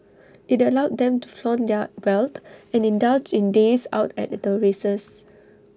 IT allowed them to flaunt their wealth and indulge in days out at the races